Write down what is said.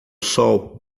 sol